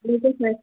okay sir